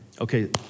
Okay